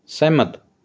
ਸਹਿਮਤ